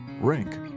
Rank